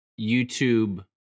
youtube